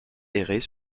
errer